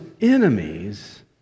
enemies